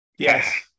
Yes